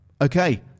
Okay